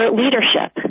leadership